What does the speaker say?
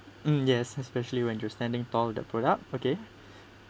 mm yes especially when you're standing tall with the product okay